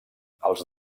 els